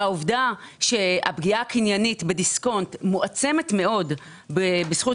העובדה שהפגיעה הקניינית בדיסקונט מועצמת מאוד בזכות